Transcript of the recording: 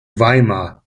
weimar